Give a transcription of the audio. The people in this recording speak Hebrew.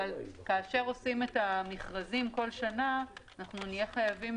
אבל כאשר עושים את המכרזים בכל שנה נהיה חייבים